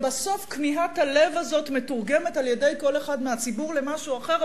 ובסוף כמיהת הלב הזאת מתורגמת על-ידי כל אחד מהציבור למשהו אחר,